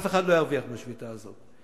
אף אחד לא ירוויח מהשביתה הזאת.